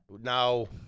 No